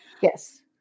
Yes